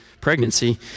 pregnancy